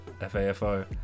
FAFO